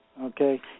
Okay